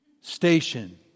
station